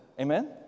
Amen